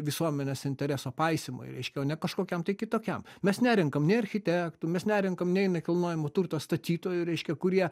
visuomenės intereso paisymui reiškia o ne kažkokiam kitokiam mes nerenkam nei architektų mes nerenkam nei nekilnojamo turto statytojų reiškia kurie